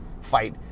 fight